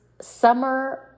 summer